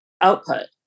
output